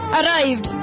arrived